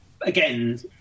again